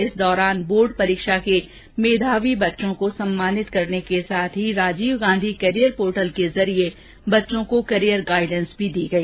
इस दौरान बोर्ड परीक्षा के मेधावी बालक बालिकाओं को सम्मानित करने के साथ ही राजीव गाँधी कैरियर पोर्टल के जरिए बच्चों को कैरियर गाइडेंस भी दी गई